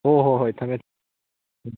ꯍꯣꯏ ꯍꯣꯏ ꯍꯣꯏ ꯊꯝꯃꯦ ꯎꯝ